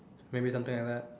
maybe something like that